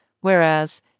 whereas